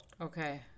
okay